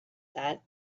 that